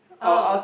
oh